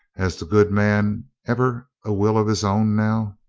has the good man ever a will of his own now?